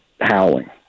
howling